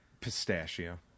Pistachio